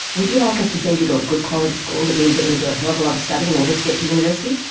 would you like us to send you to a good quality school that means you're going to do a hell of a lot of study in order to get to university?